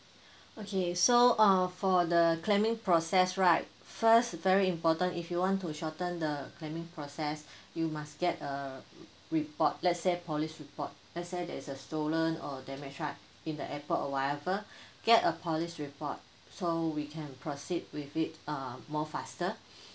okay so uh for the claiming process right first very important if you want to shorten the claiming process you must get a report let's say police report let's say there's a stolen or damage right in the airport or whatever get a police report so we can proceed with it err more faster